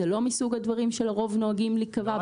זה לא מסוג הדברים שלרוב נוהגים להיקבע.